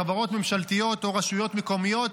חברות ממשלתיות או רשויות מקומיות.